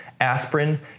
aspirin